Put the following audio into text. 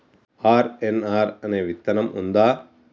RNR అనే విత్తనం ఉందా?